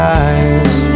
eyes